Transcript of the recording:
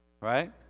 Right